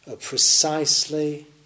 precisely